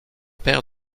père